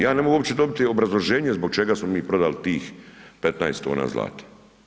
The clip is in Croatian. Ja ne mogu uopće dobiti obrazloženje zbog čega smo mi prodali tih 15 tona zlata.